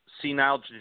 senile